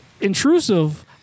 intrusive